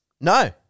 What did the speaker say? No